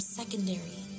secondary